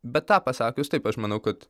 bet tą pasakius taip aš manau kad